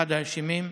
אחד האשמים.